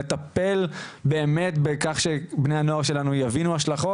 לטפל באמת בכך שבני הנוער שלנו יבינו השלכות.